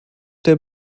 der